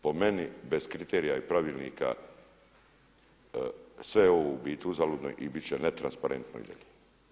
Po meni bez kriterija i pravilnika sve ovo je u biti uzaludno i biti će netransparentno i dalje.